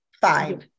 Five